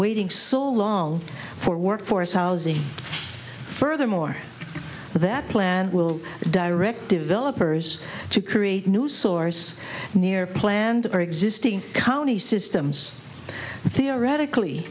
waiting so long for workforce housing furthermore that plan will direct developers to create new source near planned or existing county systems theoretically